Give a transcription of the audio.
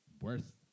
worth